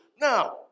Now